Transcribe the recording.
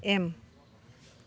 M